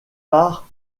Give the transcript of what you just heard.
par